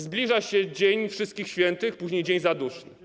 Zbliża się dzień Wszystkich Świętych, później Dzień Zaduszny.